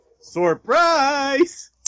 Surprise